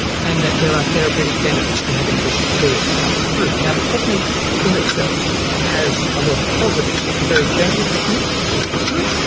and that there are therapeutic benefits to having this fluid pass through. the technique in itself has a lot of positives. it's a very gentle technique, which is good,